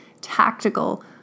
tactical